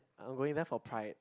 I'm going there for pride